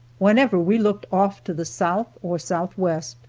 whenever we looked off to the south or southwest,